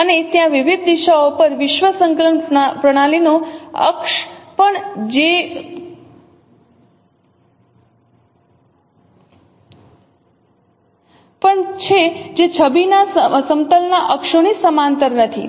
અને ત્યાં વિવિધ દિશાઓ પર વિશ્વ સંકલન પ્રણાલીનો અક્ષ પણ છે જે છબી ના સમતલના અક્ષોની સમાંતર નથી